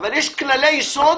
אבל יש כללי יסוד,